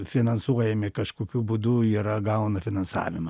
finansuojami kažkokiu būdu yra gauna finansavimą